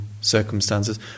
circumstances